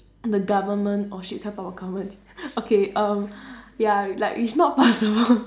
the government oh shit we cannot talk about government okay err ya like it's not possible